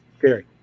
Gary